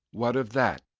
what of that?